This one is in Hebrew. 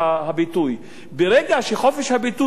ברגע שחופש הביטוי הופך להיות הסתה,